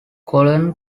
colonel